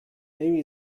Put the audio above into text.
maybe